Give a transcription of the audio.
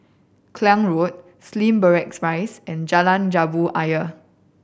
Klang Road Slim Barracks Rise and Jalan Jambu Ayer